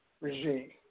regime